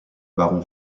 baron